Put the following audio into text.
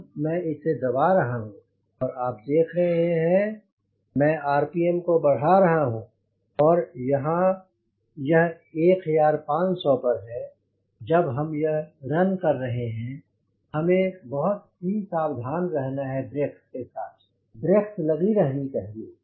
अब मैं इसे दबा रहा हूँ और आप देख रहे हैं मैं आरपीएम को बढ़ा रहा हूँ और यहाँ यह 1500 पर है जब हम यह रन कर है हैं हमें बहुत ही सावधान रहना है ब्रेक्स के साथ ब्रेक्स लगी रहनी चाहिए